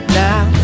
now